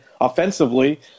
offensively